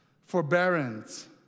forbearance